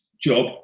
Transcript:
job